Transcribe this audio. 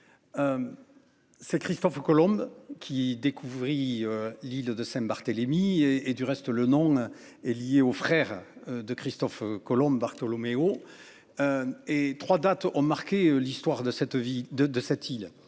C'est Christophe Colomb qui découvrit. L'île de Saint-Barthélemy et et du reste le nom est lié au frère de Christophe Colomb Bartolomeo. Et 3 dates ont marqué l'histoire de cette vie